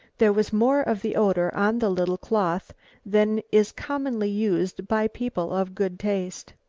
there was more of the odour on the little cloth than is commonly used by people of good taste.